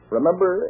Remember